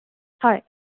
হয়